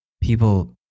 people